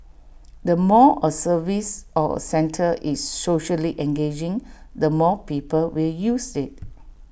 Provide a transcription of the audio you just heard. the more A service or centre is socially engaging the more people will use IT